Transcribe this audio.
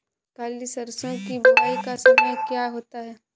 काली सरसो की बुवाई का समय क्या होता है?